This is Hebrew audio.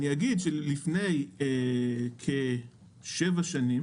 אני אגיד שלפני כשבע שנים,